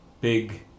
big